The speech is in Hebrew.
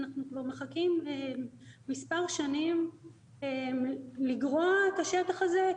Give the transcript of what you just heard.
אנחנו כבר מחכים מספר שנים לגרוע את השטח הזה,